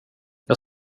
jag